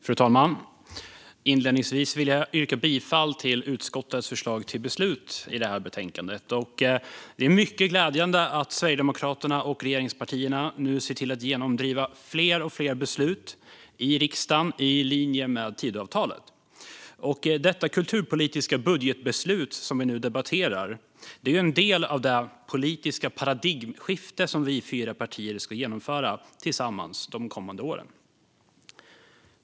Fru talman! Inledningsvis vill jag yrka bifall till utskottets förslag till beslut i detta betänkande. Det är mycket glädjande att Sverigedemokraterna och regeringspartierna nu ser till att genomdriva fler och fler beslut i riksdagen i linje med Tidöavtalet. Det kulturpolitiska budgetbeslut som vi nu debatterar är en del av det politiska paradigmskifte som vi fyra partier ska genomföra tillsammans de kommande åren.